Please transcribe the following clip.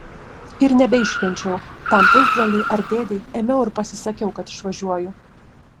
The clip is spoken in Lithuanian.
ir nebeiškenčiau tam pusbroliui ar dėdei ėmiau ir pasisakiau kad išvažiuoju